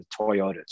Toyotas